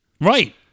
Right